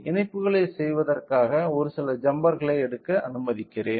இணைப்புகளைச் செய்வதற்காக ஒரு சில ஜம்பர்களை எடுக்க அனுமதிக்கிறேன்